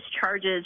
charges